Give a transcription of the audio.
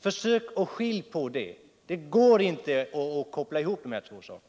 Försök att skilja på det. Det går inte att koppla ihop de här två sakerna.